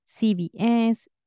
CBS